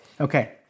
Okay